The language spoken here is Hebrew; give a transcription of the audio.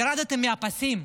ירדתם מהפסים,